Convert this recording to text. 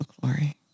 glory